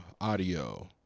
audio